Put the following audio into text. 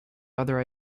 other